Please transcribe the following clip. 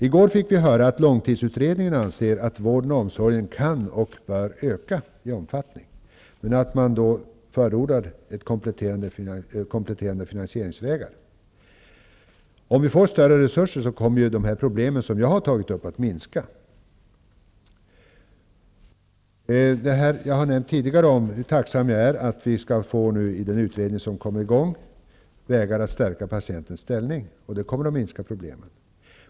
I går fick vi höra att långtidsutredningen anser att vården och omsorgen kan och bör öka i omfattning, men att man då förordar kompletterande finansieringsvägar. Om vi får större resurser kommer de problem som jag har tagit upp att minska. Jag har tidigare nämnt hur tacksam jag är för att vi i den utredning som nu kommer i gång skall finna vägar att stärka patientens ställning. Det kommer att minska problemen.